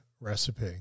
recipe